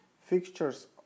fixtures